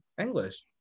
English